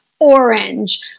orange